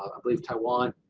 i believe taiwan,